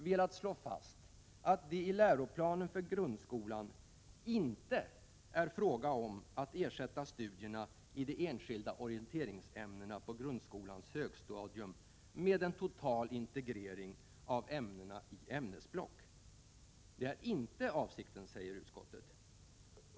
velat slå fast att det i läroplanen för grundskolan —-—- inte är fråga om att ersätta studierna i de enskilda orienteringsämnena på grundskolans högstadium med en total integrering av ämnena i ämnesblock.” Det är inte avsikten, säger alltså utskottet.